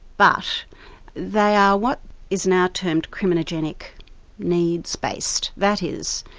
but they are what is now termed criminogenic needs based, that is,